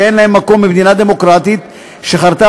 שאין להן מקום במדינה דמוקרטית שחרתה